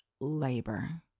labor